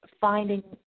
finding